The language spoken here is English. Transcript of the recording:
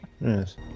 Yes